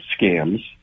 scams